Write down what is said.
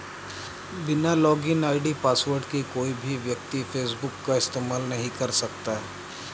बिना login ID password के कोई भी व्यक्ति फेसबुक का इस्तेमाल नहीं कर सकता